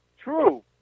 True